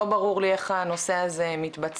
לא ברור לי איך הנושא הזה מתבצע,